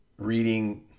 reading